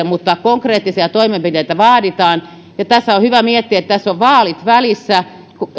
mutta konkreettisia toimenpiteitä vaaditaan ja tässä on hyvä miettiä kun on vaalit välissä